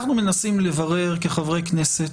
אנחנו מנסים לברר כחברי כנסת